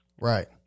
Right